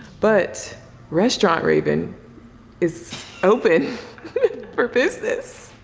but restaurant raven is open for business.